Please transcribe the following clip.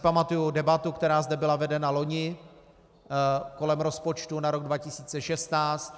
Pamatuji si debatu, která zde byla vedena loni kolem rozpočtu na rok 2016.